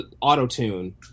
auto-tune